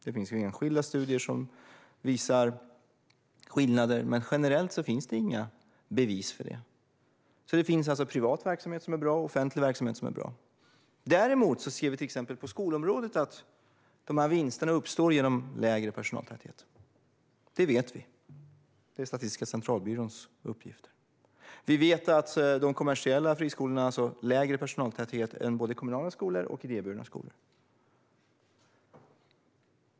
Det finns enskilda studier som visar skillnader, men generellt finns det inga bevis. Det finns alltså privat verksamhet som är bra, och det finns offentlig verksamhet som är bra. Däremot ser vi på till exempel skolområdet att vinsterna uppstår genom att man har lägre personaltäthet. Det vet vi. Det är Statistiska centralbyråns uppgifter. Vi vet att de kommersiella friskolorna har lägre personaltäthet än både kommunala skolor och idéburna skolor.